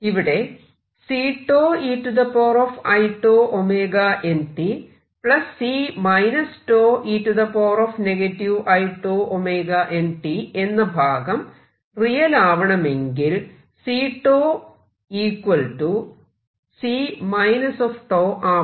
ഇവിടെ എന്ന ഭാഗം റിയൽ ആവണമെങ്കിൽ C𝞃 C 𝞃 ആവണം